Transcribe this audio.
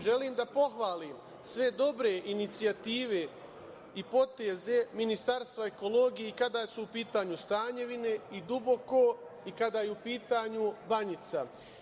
Želim da pohvalim sve dobre inicijative i poteze Ministarstva ekologije i kada su u pitanju Stanjevine i Duboko i kada je u pitanju Banjica.